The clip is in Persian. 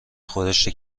خورشت